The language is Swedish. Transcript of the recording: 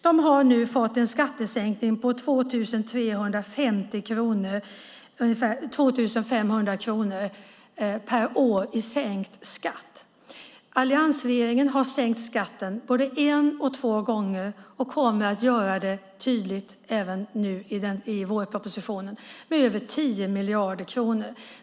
De har nu fått en skattesänkning på 2 500 kronor per år. Alliansregeringen har sänkt skatten både en och två gånger och kommer att göra det tydligt även i vårpropositionen. Det handlar om över 10 miljarder kronor.